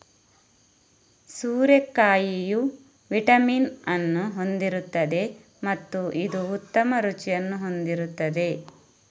ಸೋರೆಕಾಯಿಯು vitamin ಅನ್ನು ಹೊಂದಿರುತ್ತದೆ ಮತ್ತು ಇದು ಉತ್ತಮ ರುಚಿಯನ್ನು ಹೊಂದಿರುತ್ತದೆ